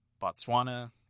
Botswana